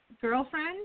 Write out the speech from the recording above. girlfriend